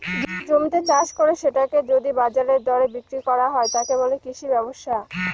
জমিতে চাষ করে সেটাকে যদি বাজারের দরে বিক্রি করা হয়, তাকে বলে কৃষি ব্যবসা